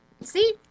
see